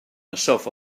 myself